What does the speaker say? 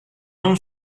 nom